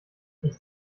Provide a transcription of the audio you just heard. ich